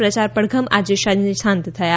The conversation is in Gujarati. પ્રયાર પડઘમ આજે સાંજે શાંત થયા